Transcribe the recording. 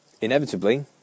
inevitably